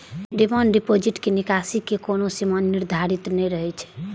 demand deposit मे निकासी के कोनो सीमा निर्धारित नै रहै छै